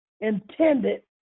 intended